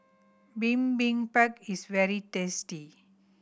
bibimbap is very tasty